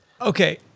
Okay